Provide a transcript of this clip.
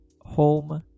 home